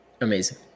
Amazing